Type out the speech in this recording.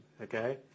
okay